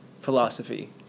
philosophy